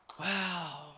Wow